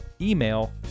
email